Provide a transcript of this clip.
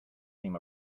seem